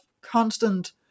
constant